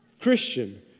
Christian